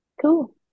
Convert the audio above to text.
Cool